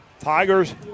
Tigers